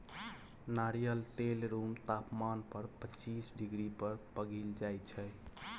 नारियल तेल रुम तापमान पर पचीस डिग्री पर पघिल जाइ छै